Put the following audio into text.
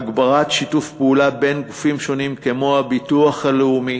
הגברת שיתוף פעולה בין גופים שונים כמו הביטוח הלאומי